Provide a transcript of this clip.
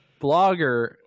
Blogger